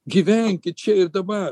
gyvenkit čia ir dabar